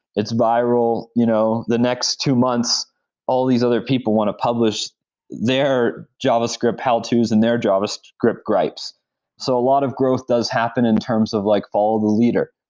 it's viral, you know the next two months all these other people want to publish their javascript how to's and their javascript gripes so a lot of growth does happen in terms of like follow the leader.